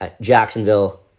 Jacksonville